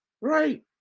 Right